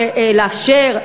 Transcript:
לאשר,